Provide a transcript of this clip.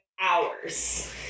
hours